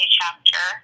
chapter